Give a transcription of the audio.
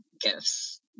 gifts